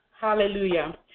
hallelujah